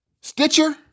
Stitcher